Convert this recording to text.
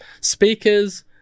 speakers